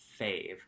fave